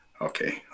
okay